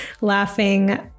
laughing